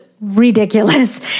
ridiculous